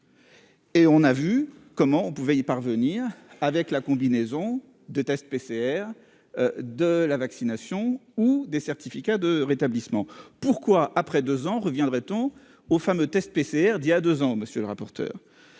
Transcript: Et on a vu comment on pouvait y parvenir avec la combinaison de tests PCR de la vaccination ou des certificat de rétablissement pourquoi après 2 ans ton au fameux test PCR d'il y a 2 ans, monsieur le rapporteur,